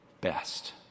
best